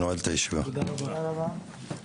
הישיבה ננעלה בשעה 13:44.